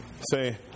say